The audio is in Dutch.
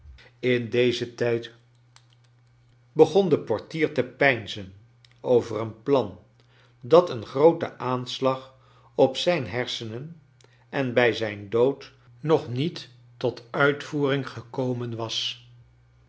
in dezen tijd begon de portier te peinzen over een plan dat een groote aanslag op zijn hersenen en bij zijn dood nog niet tot uitvoering gekomen was